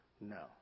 No